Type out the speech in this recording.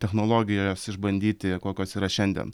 technologijas išbandyti kokios yra šiandien